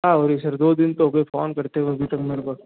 कहाँ हुए सर दो दिन तो हो गए फोन करते हुए अभी तक मेरे को